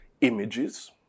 images